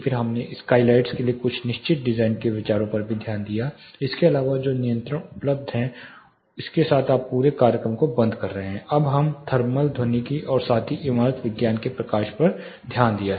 फिर हमने स्काईलाइट्स के लिए कुछ निश्चित डिजाइन के विचारों पर भी ध्यान दिया इसके अलावा जो नियंत्रण उपलब्ध हैं इसके साथ आप पूरे कार्यक्रम को बंद कर रहे हैं अब तक हम थर्मल ध्वनिक और साथ ही इमारत विज्ञान के प्रकाश पर ध्यान दिया है